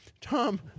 Tom